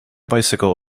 bicycle